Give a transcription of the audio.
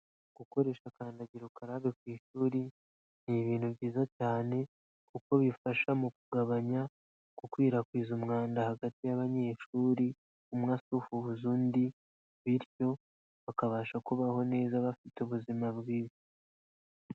Gukoresha kandagira ukarade ku ishuri ni ibintu byiza cyane, kuko bifasha mu kugabanya gukwirakwiza umwanda hagati y'abanyeshuri, umwe asuhuza undi, bityo bakabasha kubaho neza bafite ubuzima bwiza.